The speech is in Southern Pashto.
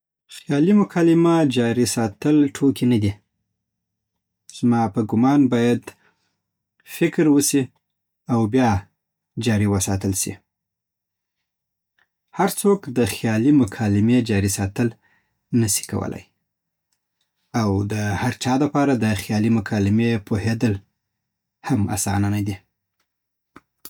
خیالی مکالمه جاری ساتل ټوکی نه دی زما په ګومان باید فکر وسی او بیا جاری وساتل سی هرڅوک د خیالی مکالمی جاری ساتل نه سی کولای او د هرچا د پاره دخ یالی مکمالی پوهیدل هم اسانه نه دی